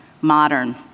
modern